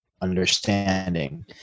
understanding